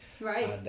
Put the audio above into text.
Right